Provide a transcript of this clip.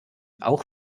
auch